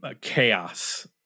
chaos